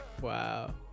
Wow